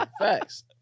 Facts